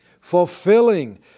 fulfilling